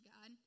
God